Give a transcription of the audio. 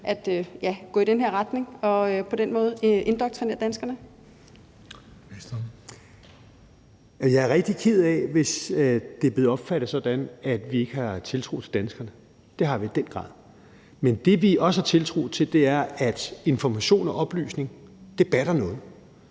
for fødevarer, landbrug og fiskeri (Rasmus Prehn): Jeg er rigtig ked af, hvis det er blevet opfattet sådan, at vi ikke har tiltro til danskerne, for det har vi i den grad. Men det, vi også har tiltro til, er, at information og oplysning batter noget,